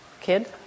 kid